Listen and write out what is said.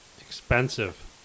expensive